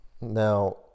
Now